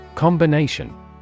Combination